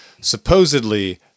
supposedly